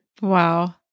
Wow